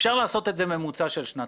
אפשר לעשות את זה ממוצע של שנתיים.